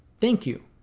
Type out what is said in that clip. thank you.